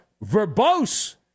verbose